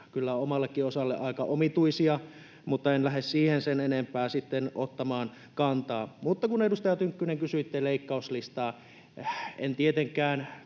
kyllä omallekin osalleni aika omituisia, mutta en lähde siihen sen enempää ottamaan kantaa. Edustaja Tynkkynen, kysyitte leikkauslistaa, enkä tietenkään